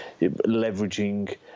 leveraging